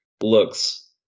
looks